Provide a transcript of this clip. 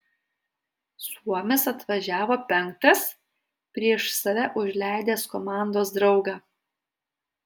suomis atvažiavo penktas prieš save užleidęs komandos draugą